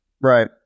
Right